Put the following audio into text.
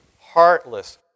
heartless